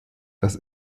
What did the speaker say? dass